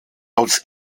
aus